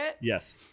Yes